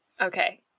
Okay